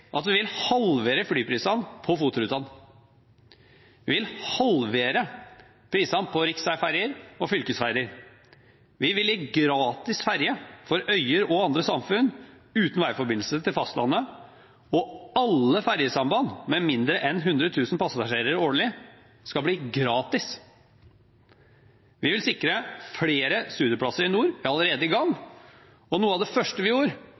at vi vil halvere flyprisene på FOT-rutene. Vi vil halvere prisene på riksveiferjer og fylkesveiferjer. Vi vil gi gratis ferje for øyer og andre samfunn uten veiforbindelse til fastlandet, og alle ferjesamband med mindre enn 100 000 passasjerer årlig skal bli gratis. Vi vil sikre flere studieplasser i nord. Vi er allerede i gang, og noe av det første vi gjorde,